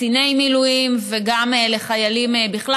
לקציני מילואים וגם לחיילים בכלל.